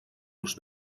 los